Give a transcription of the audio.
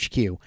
HQ